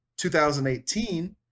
2018